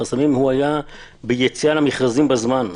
החסמים היו יציאה למכרזים בזמן.